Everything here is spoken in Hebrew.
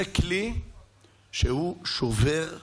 זה כלי שהוא שובר שוויון.